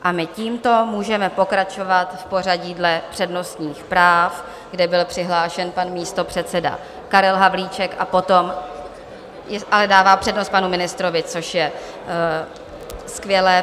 A my tímto můžeme pokračovat v pořadí dle přednostních práv, kde byl přihlášen pan místopředseda Karel Havlíček a potom... ale dává přednost panu ministrovi, což je skvělé.